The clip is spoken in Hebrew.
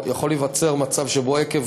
יכול להיווצר מצב שבו עקב